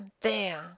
there